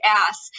ass